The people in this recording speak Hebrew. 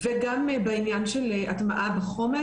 וגם בענין של הטמעה בחומש,